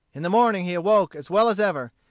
in the morning he awoke as well as ever,